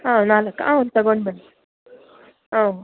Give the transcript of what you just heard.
ಹಾಂ ನಾಲ್ಕಾ ಅವ್ನ ತಗೊಂಡು ಬನ್ನಿ ಹಾಂ